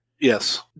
Yes